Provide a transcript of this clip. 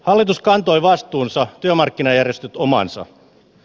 hallitus kantoi vastuunsa työmarkkinajärjestöt omansa